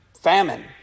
famine